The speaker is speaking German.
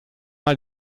mal